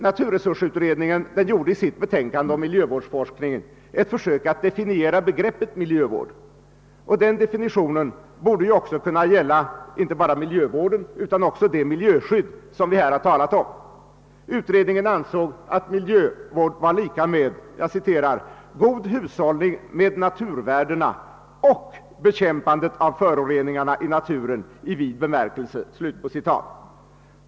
Naturresursutredningen gjorde i sitt betänkande om miljövårdsforskningen ett försök att definiera begreppet miljövård. Den definitionen borde gälla inte bara miljövården utan också det miljöskydd som vi här har talat om. Utredningen ansåg att miljövård var detsamma som god hushållning med naturvärdena och bekämpandet av föroreningarna i naturen i vid bemärkelse.